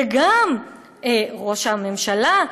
גם ראש הממשלה,